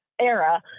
era